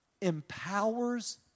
empowers